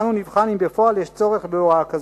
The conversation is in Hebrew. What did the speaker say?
אנו נבחן אם בפועל יש צורך בהוראה כזאת.